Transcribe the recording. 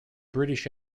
british